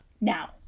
Now